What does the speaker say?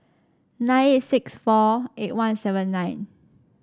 nine eight six four eight one seven nine